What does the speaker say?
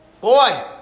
Boy